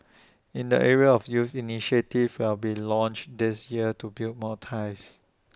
in the area of youth initiatives will be launched this year to build more ties